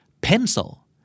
Pencil